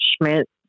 Schmidt